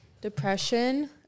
depression